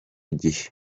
gihe